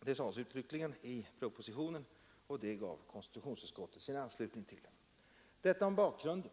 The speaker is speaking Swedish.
Det sades uttryckligen i propositionen, och till det gav konstitutionsutskottet sin anslutning. Detta som en bakgrund.